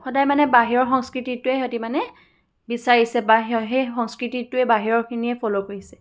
সদায় মানে বাহিৰৰ সংস্কৃতিটোৱে সিহঁতি মানে বিচাৰিছে বাহিৰৰ বা সেই সংস্কৃতিটোৱে বাহিৰৰ খিনিয়ে ফল' কৰিছে